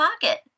pocket